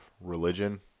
religion